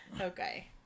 Okay